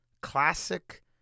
classic